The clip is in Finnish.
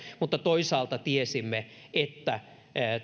mutta toisaalta tiesimme että